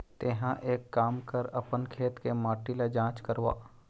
तेंहा एक काम कर अपन खेत के माटी ल जाँच करवा